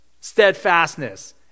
steadfastness